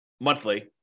monthly